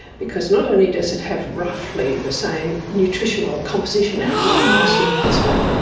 because not only does it have roughly the same nutritional composition outline as superphosphate,